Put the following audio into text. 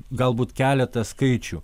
galbūt keletą skaičių